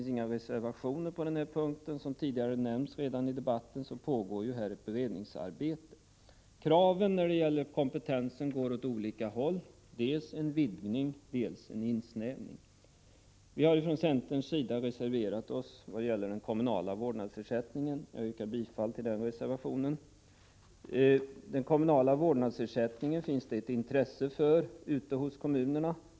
Som redan tidigare har nämnts i debatten pågår ett beredningsarbete. Kraven när det gäller kompetensen går åt olika håll, dels på en vidgning, dels på en inskränkning. Vi har från centerns sida reserverat oss vad gäller den kommunala vårdnadsersättningen, och jag yrkar bifall till denna reservation. Den kommunala vårdnadsersättningen finns det ett intresse för ute hos kommunerna.